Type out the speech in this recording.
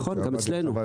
נכון, גם אצלנו.